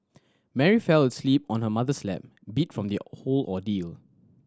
Mary fell asleep on her mother's lap beat from the whole ordeal